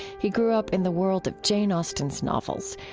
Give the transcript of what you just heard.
he grew up in the world of jane austen's novels,